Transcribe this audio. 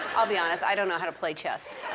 i'll be honest, i don't know how to play chess.